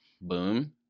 Boom